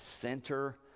center